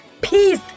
peace